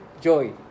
joy